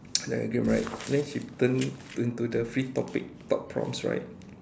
the right then she turn turn to the free topic talk prompts right